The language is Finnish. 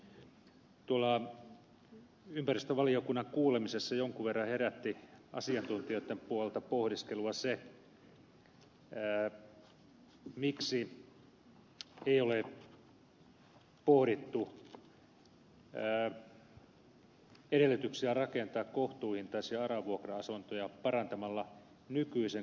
tuolla ympäristövaliokunnan kuulemisessa jonkun verran herätti asiantuntijoitten puolelta pohdiskelua se miksi ei ole pohdittu edellytyksiä rakentaa kohtuuhintaisia ara vuokra asuntoja parantamalla nykyisen korkotukilainoituksen ehtoja